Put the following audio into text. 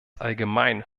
allgemein